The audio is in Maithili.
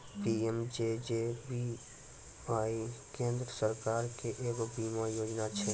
पी.एम.जे.जे.बी.वाई केन्द्र सरकारो के एगो बीमा योजना छै